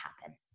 happen